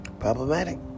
Problematic